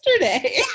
yesterday